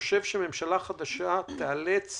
הפעולות, ממשלה חדשה תיאלץ